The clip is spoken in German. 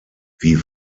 wie